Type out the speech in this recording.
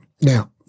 Now